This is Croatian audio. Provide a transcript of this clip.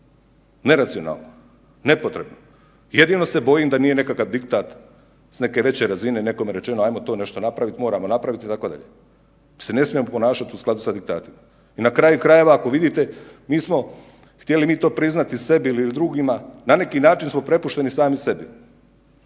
neracionalno, nepotrebno, jedino se bojim da nije nekakav diktat s neke veće razine nekome rečeno ajmo to nešto napraviti moramo napraviti itd., mi se ne smijemo ponašati u skladu sa diktatom. I na kraju krajeva ako vidite mi smo htjeli mi to priznati sebi ili drugima, na neki način smo prepušteni sami sebi